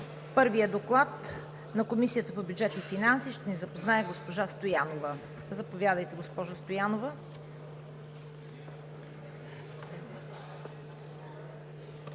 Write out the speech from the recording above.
първия Доклад на Комисията по бюджет и финанси ще ни запознае госпожа Стоянова. Заповядайте, госпожо Стоянова.